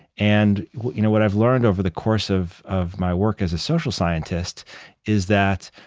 and you know what i've learned over the course of of my work as a social scientist is that,